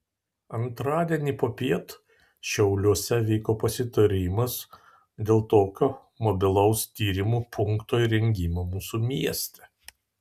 antradienį popiet šiauliuose vyko pasitarimas dėl tokio mobilaus tyrimų punkto įrengimo mūsų mieste